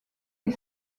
des